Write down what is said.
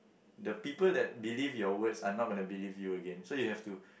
the people that believe your words are not going to believe you again so you have to